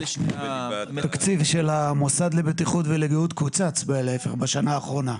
התקציב של המוסד לבטיחות ולגיהות קוצץ בשנה האחרונה.